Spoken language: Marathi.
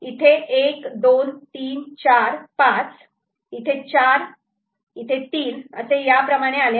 इथे 1 2 3 4 5 इथे 4 इथे 3 असे याप्रमाणे आले आहे